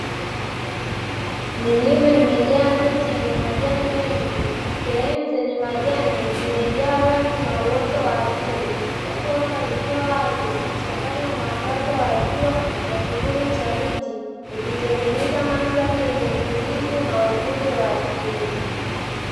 Milima imejaa miti yenye majani mengi, sehemu zenye majani zimejaa rangi na uoto wa asili huku anga likiwa wazi likichanganya mwangaza wa jua na kivuli cha miti, ikitengeneza mandhari yenye utulivu na uzuri wa asili.